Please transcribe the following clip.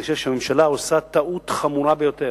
אני חושב שהממשלה עושה טעות חמורה ביותר.